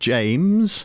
James